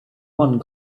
one